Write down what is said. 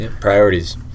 Priorities